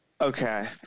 Okay